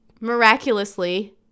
miraculously